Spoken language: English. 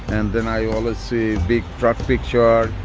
and then i always see big truck picture.